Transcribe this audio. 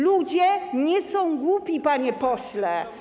Ludzie nie są głupi, panie pośle.